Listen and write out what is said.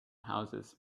houses